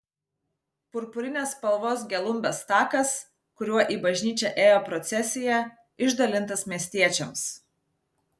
purpurinės spalvos gelumbės takas kuriuo į bažnyčią ėjo procesija išdalintas miestiečiams